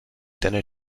dinner